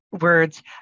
words